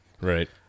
Right